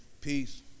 peace